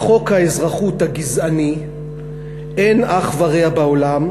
לחוק האזרחות הגזעני אין אח ורע בעולם,